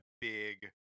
big